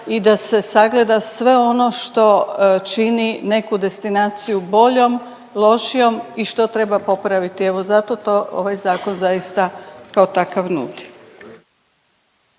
i da se sagleda sve ono što čini neku destinaciju boljom, lošijom i što treba popraviti, evo zato to, ovaj zakon zaista kao takav nudi.